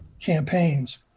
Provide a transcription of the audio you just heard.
campaigns